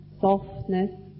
softness